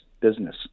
business